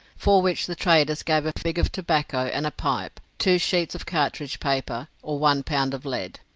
for which the traders gave a fig of tobacco and a pipe, two sheets of cartridge paper, or one pound of lead.